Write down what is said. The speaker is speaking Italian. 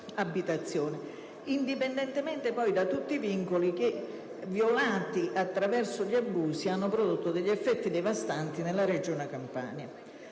indipendentemente da tutti i vincoli che, violati attraverso gli abusi, hanno prodotto effetti devastanti nella regione Campania.